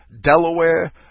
Delaware